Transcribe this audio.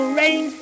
rain